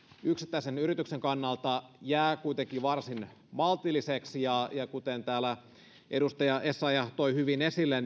yksittäisen yrityksen kannalta jää kuitenkin varsin maltilliseksi ja ja kuten täällä edustaja essayah toi hyvin esille